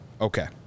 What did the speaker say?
Okay